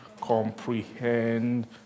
comprehend